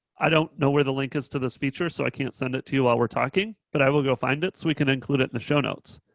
i don't know where the link is to this feature, so i can't send it to you while we're talking, but i will go find it so we can include it in the show notes.